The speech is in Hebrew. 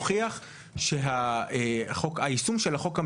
מסכים שבחלק יורד.